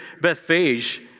Bethphage